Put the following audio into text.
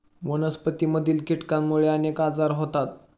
वनस्पतींमधील कीटकांमुळे अनेक आजार होतात